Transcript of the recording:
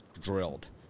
drilled